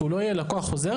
שהוא לא יהיה לקוח חוזר.